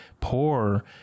poor